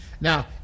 Now